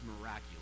miraculous